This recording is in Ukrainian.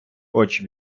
очі